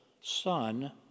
son